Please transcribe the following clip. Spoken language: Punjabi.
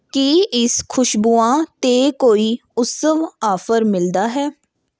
ਕੀ ਇਸ ਖੁਸ਼ਬੂਆਂ 'ਤੇ ਕੋਈ ਉਤਸਵ ਆਫ਼ਰ ਮਿਲਦਾ ਹੈ